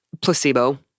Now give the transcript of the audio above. Placebo